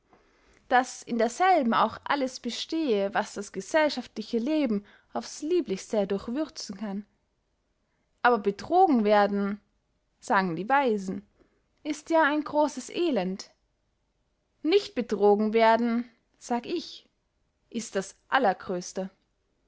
daß in derselben auch alles bestehe was das gesellschaftliche leben aufs lieblichste durchwürzen kann aber betrogen werden sagen die weisen ist ja ein grosses elend nicht betrogen werden sag ich ist das allergröste